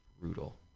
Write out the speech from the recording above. brutal